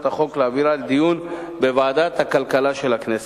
החוק ולהעבירה לדיון בוועדת הכלכלה של הכנסת.